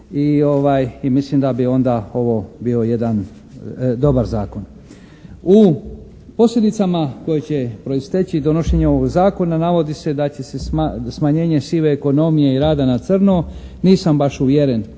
i mislim da bi onda ovo bio jedan dobar zakon. U posljedicama koje će proisteći donošenjem ovog zakona navodi se da će se smanjenje sive ekonomije i rada na crno nisam baš uvjeren